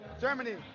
Germany